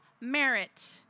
merit